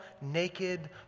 naked